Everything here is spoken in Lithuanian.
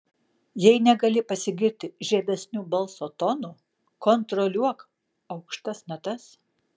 jei negali pasigirti žemesniu balso tonu kontroliuok aukštas natas